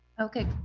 okay,